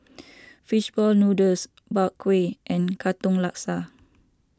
Fish Ball Noodles Bak Kwa and Katong Laksa